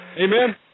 Amen